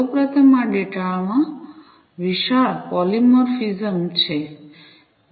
સૌ પ્રથમ આ ડેટામાં વિશાળ પોલીમોર્ફિઝમ છે